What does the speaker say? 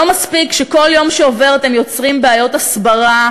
לא מספיק שכל יום שעובר אתם יוצרים בעיות הסברה,